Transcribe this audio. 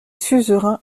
suzerains